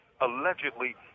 allegedly